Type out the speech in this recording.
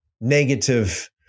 negative